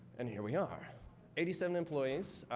and here we are eighty seven employees.